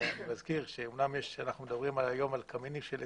אנחנו מדברים היום על קמינים של עצים,